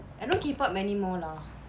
I don't keep up anymore lah